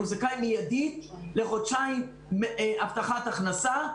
הוא זכאי מיידית לחודשיים הבטחת הכנסה,